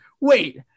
wait